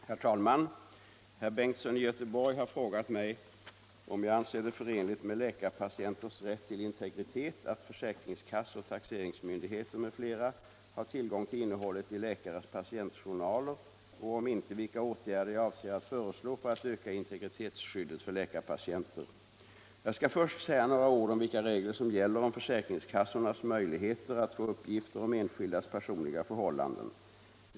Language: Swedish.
Herr talman! Herr Bengtsson i Göteborg har frågat mig om jag anser det förenligt med läkarpatienters rätt till integritet att försäkringskassor, taxeringsmyndigheter m.fl. har tillgång till innehållet i läkares patientjournaler och, om inte, vilka åtgärder jag avser att föreslå för att öka integritetsskyddet för läkarpatienter. Jag skall först nämna vilka regler som gäller beträffande försäkringskassornas möjligheter att få uppgifter om enskildas personliga förhållanden.